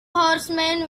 horsemen